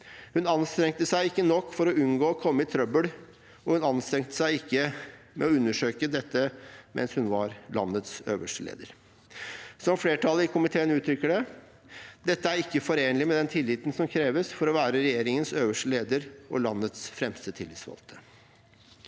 Hun anstrengte seg ikke nok for å unngå å komme i trøbbel. Hun anstrengte seg ikke for å undersøke dette mens hun var landets øverste leder. Som flertallet i komiteen uttrykker det: «Dette er ikke (…) forenlig med den tilliten som kreves for å være regjeringens øverste leder, og landets fremste tillitsvalgte.»